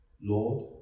Lord